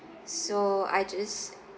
so I just